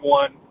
one